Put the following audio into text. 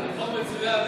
חוק מצוין.